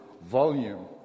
volume